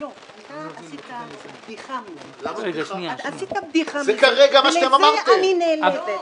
אתה עשית בדיחה מזה, ומזה אני נעלבת.